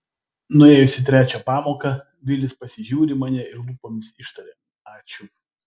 nuėjus į trečią pamoką vilis pasižiūri į mane ir lūpomis ištaria ačiū